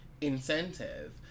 incentive